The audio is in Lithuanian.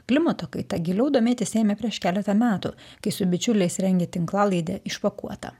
klimato kaita giliau domėtis ėmė prieš keletą metų kai su bičiuliais rengė tinklalaidę išpakuota